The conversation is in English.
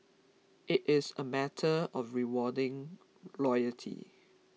it is a matter of rewarding loyalty